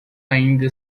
ainda